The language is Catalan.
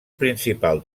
principal